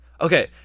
Okay